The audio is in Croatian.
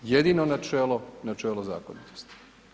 Jedino načelo, načelo zakonitosti.